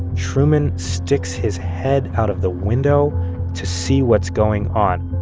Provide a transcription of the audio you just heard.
truman sticks his head out of the window to see what's going on.